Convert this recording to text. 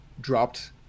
dropped